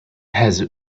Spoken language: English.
has